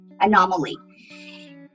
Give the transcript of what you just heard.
anomaly